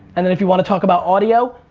and then if you want to talk about audio,